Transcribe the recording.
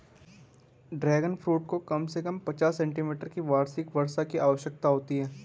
dragon fruit को कम से कम पचास सेंटीमीटर की वार्षिक वर्षा की आवश्यकता होती है